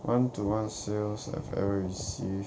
one to one sales I've ever receive